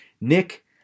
Nick